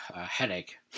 headache